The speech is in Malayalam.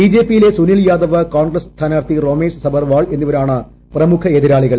ബിജെപിയിലെ സുനിൽ യാദവ് കോൺഗ്രസ്സ് സ്ഥാന്ദാർത്ഥി റൊമേഷ് സബർവാൾ എന്നിവരാണ് പ്രമുഖ എതിരാളികൾ